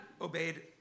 obeyed